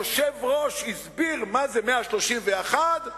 היושב-ראש הסביר מה זה 131,